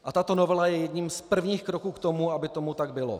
A tato novela je jedním z prvních kroků k tomu, aby tomu tak bylo.